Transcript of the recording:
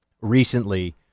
recently